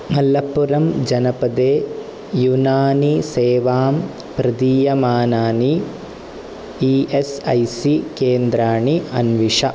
मलप्पुरम् जनपदे युनानि सेवां प्रदीयमानानि ई एस् ऐ सी केन्द्राणि अन्विष